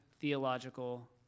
theological